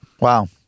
Wow